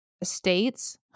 estates